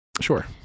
Sure